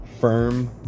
firm